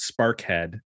Sparkhead